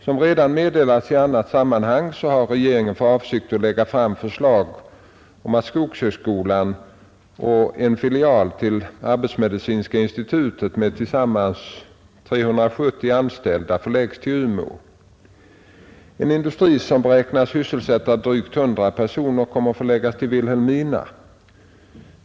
Som redan meddelats i annat sammanhang har regeringen för avsikt att lägga fram förslag om att Skogshögskolan och en filial till arbetsmedicinska institutet med tillsammans 370 anställda förläggs till Umeå. En industri som beräknas sysselsätta drygt 100 personer kommer att förläggas till Vilhelmina.